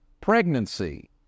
pregnancy